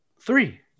three